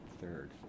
third